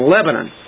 Lebanon